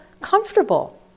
comfortable